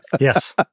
Yes